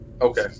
Okay